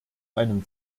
einem